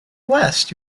west